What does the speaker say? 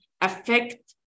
affect